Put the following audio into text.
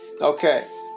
Okay